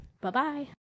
bye-bye